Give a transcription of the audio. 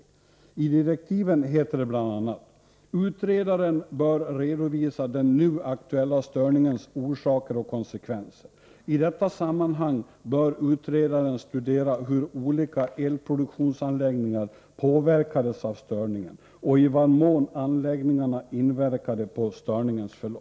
I direktiven heter det bl.a.: Utredaren bör redovisa den nu aktuella störningens orsaker och konsekvenser. I detta sammanhang bör utredaren studera hur olika elproduktionsanläggningar påverkades av störningen och i vad mån anläggningarna inverkade på störningens förlopp.